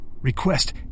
request